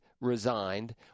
resigned